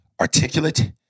articulate